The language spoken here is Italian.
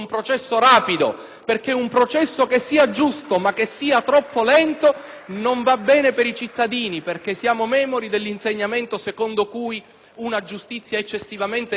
non va bene per i cittadini, perché siamo memori dell'insegnamento secondo cui una giustizia eccessivamente ritardata equivale ad una giustizia denegata; per converso,